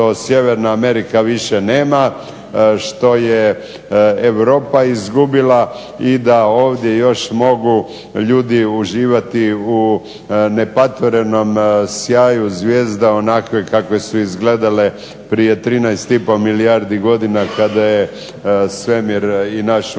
Sjeverna Amerika nešto nema, što je Europa izgubila i da ovdje ljudi mogu uživati u nepatvorenom sjaju zvijezda onakve kakve su izgledale prije 13,5 milijun godina kada je svemir i naš